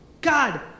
God